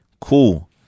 cool